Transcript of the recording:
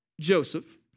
Joseph